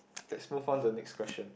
let's move on to the next question